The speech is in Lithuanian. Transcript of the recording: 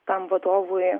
tam vadovui